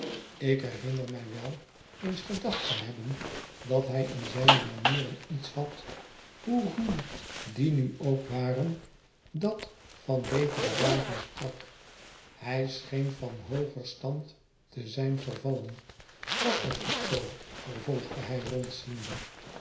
ik herinner mij wel eens gedacht te hebben dat hij in zijne manieren iets had hoe ruw die nu ook waren dat van betere dagen sprak hij scheen van hooger stand te zijn vervallen was dat ook zoo vervolgde hij